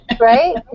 right